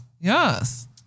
Yes